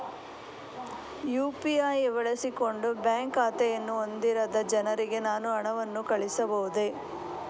UPI ಬಳಸಿಕೊಂಡು bank ಖಾತೆಯನ್ನು ಹೊಂದಿರದ ಜನರಿಗೆ ನಾನು ಹಣವನ್ನು ಕಳುಹಿಸಬಹುದೇ?